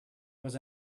was